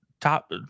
top